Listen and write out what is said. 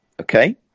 okay